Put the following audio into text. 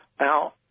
Now